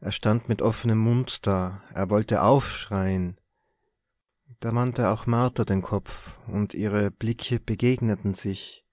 er stand mit offenem mund da er wollte aufschreien da wandte auch martha den kopf und ihre blicke begegneten sich